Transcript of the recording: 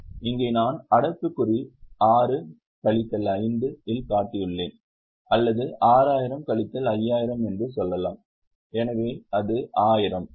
இங்கே நான் அடைப்புக்குறி 6 கழித்தல் 5 இல் காட்டியுள்ளேன் அல்லது 6000 கழித்தல் 5000 என்று சொல்லலாம் எனவே அது 1000 பெறுகிறது